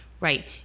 Right